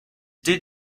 did